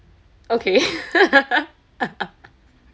okay